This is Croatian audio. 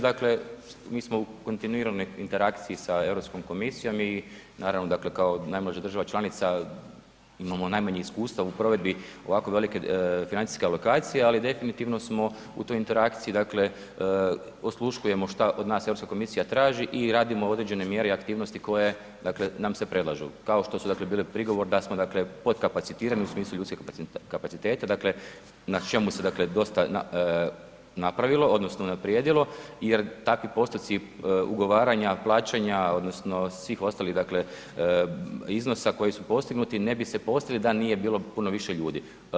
Dakle, mi smo u kontinuiranoj interakciji sa EU komisijom i naravno, dakle, kao najmlađa država članica imamo najmanje iskustva u provedbi ovako velike financijske alokacije, ali definitivno smo u tu interakciji dakle, osluškujemo što od nas EU komisija traži i radimo određene mjere i aktivnosti koje nam se predlažu, kao što su dakle biti prigovor da smo podkapacitirani u smislu ljudskih kapaciteta, dakle, na čemu se dakle dosta napravilo, odnosno unaprijedilo jer takvi postotci ugovaranja, plaćanja, odnosno svih ostalih dakle iznosa koji su postignuti, ne bi se postigli da nije bilo puno više ljudi.